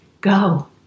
Go